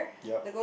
yup